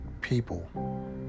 people